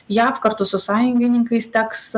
jav kartu su sąjungininkais teks